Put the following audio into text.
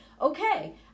Okay